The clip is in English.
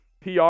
PR